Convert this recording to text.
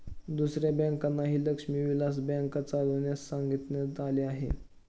दुसऱ्या बँकांनाही लक्ष्मी विलास बँक चालविण्यास सांगण्यात आले होते